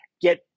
get